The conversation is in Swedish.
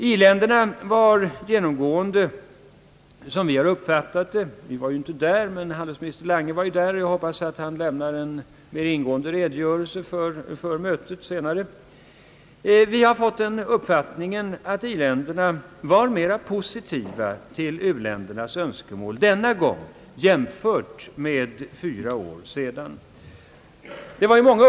I-länderna var genomgående, såsom vi har uppfattat det — vi var ju inte där, men handelsminister Lange var där och jag hoppas att han senare lämnar en ingående redogörelse för mötet — mera positiva till u-ländernas önskemål denna gång jämfört med mötet för fyra år sedan.